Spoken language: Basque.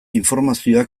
informazioa